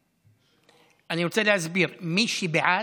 אני רוצה להסביר: מי שבעד,